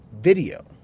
video